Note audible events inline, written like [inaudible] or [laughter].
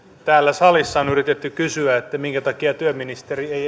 täällä salissa on yritetty kysyä minkä takia työministeri ei [unintelligible]